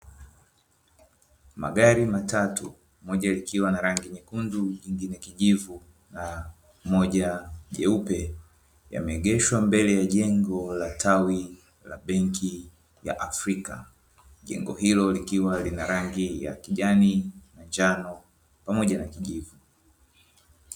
Magari matatu moja likiwa na rangi nyekundu lingine kijivu na moja jeupe yameegeshwa mbele ya jengo la tawi la benki ya Afrika, jengo hilo likiwa lina rangi ya kijani na njano pamoja na kijivu.